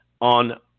on